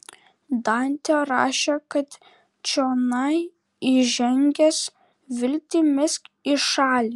dantė rašė kad čionai įžengęs viltį mesk į šalį